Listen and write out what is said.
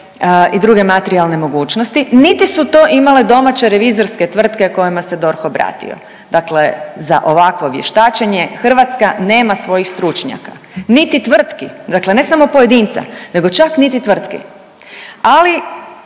i druge materijalne mogućnosti, niti su to imale domaće revizorske tvrtke kojima se DORH obratio. Dakle, za ovakvo vještačenje Hrvatska nema svojih stručnjaka niti tvrtki, dakle ne samo pojedinca nego čak niti tvrtki, ali